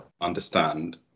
understand